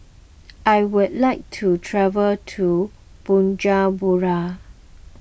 I would like to travel to Bujumbura